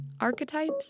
archetypes